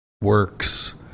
works